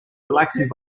relaxing